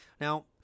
now